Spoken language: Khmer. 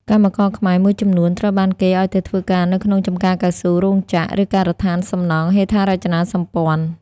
កម្មករខ្មែរ មួយចំនួនត្រូវបានកេណ្ឌឱ្យទៅធ្វើការនៅក្នុងចំការកៅស៊ូ រោងចក្រ ឬការដ្ឋានសំណង់ហេដ្ឋារចនាសម្ព័ន្ធ។